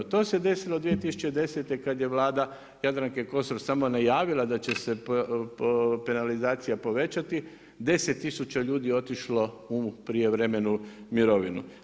To se desilo 2010. kada je vlada Jadranke Kosor samo najavila da će se penalizacija povećati 10 tisuća ljudi otišlo u prijevremenu mirovinu.